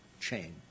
chain